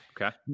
Okay